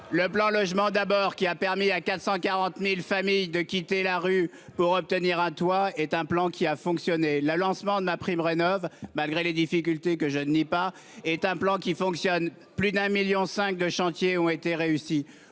le plan logement d'abord qui a permis à 440.000 familles de quitter la rue pour obtenir un toit est un plan qui a fonctionné la lancement de ma prime Rénov'malgré les difficultés que je n'ai pas est un plan qui fonctionne plus d'un million cinq de chantier ont été réussis.